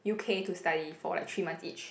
U_K to study for like three months each